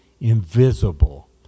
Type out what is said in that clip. invisible